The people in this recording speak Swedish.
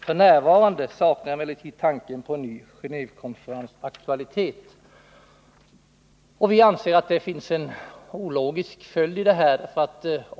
F. n. saknar emellertid tanken på en ny Gentvekonferens aktualitet.” 127 Vi anser att resonemanget inte är logiskt.